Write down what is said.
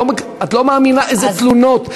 את לא מאמינה איזה תלונות.